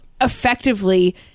effectively